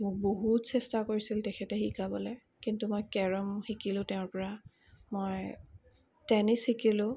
মোক বহুত চেষ্টা কৰিছিল তেখেতে শিকাবলৈ কিন্তু মই কেৰম শিকিলোঁ তেওঁৰ পৰা মই টেনিচ শিকিলোঁ